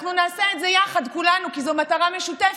ואנחנו נעשה את זה יחד כולנו, כי זו מטרה משותפת,